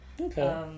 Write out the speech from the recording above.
Okay